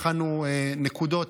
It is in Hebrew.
הכנו נקודות,